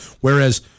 whereas